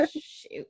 Shoot